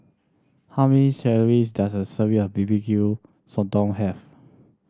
how many calories does a serving of B B Q Sotong have